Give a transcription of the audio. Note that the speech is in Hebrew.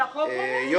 שהחוק עולה.